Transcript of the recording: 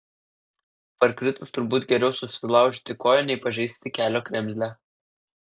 parkritus turbūt geriau susilaužyti koją nei pažeisti kelio kremzlę